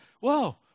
whoa